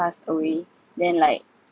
passed away then like